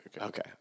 Okay